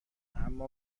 اما